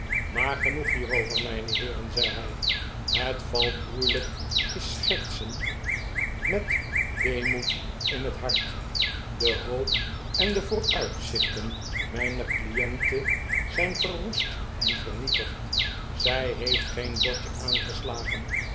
maar genoeg hierover mijne heeren zei hij het valt moeilijk te schertsen met weemoed in het hart de hoop en de vooruitzichten mijne r cliente zijn verwoest en vernietigd zij heeft geen bordje aangeslagen